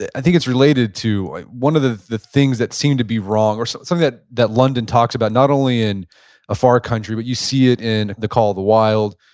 i think it's related to one of the the things that seemed to be wrong, or so something that that london talks about, not only in a far country, but you see it in the call of the wild,